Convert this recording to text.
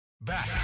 Back